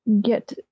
get